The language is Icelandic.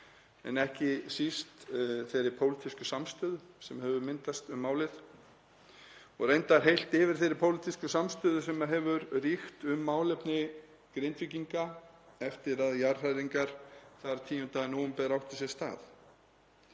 en ekki síst þeirri pólitísku samstöðu sem hefur myndast um málið og reyndar heilt yfir þeirri pólitísku samstöðu sem hefur ríkt um málefni Grindvíkinga eftir að jarðhræringar hófust þar 10. nóvember. Það